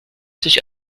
sich